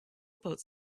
about